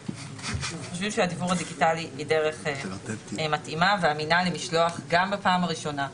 חושבים שהדיוור הדיגיטלי זאת דרך מתאימה ואמינה למשלוח גם בפעם הראשונה.